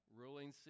ruling